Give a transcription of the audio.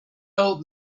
old